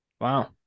Wow